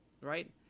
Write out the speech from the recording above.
right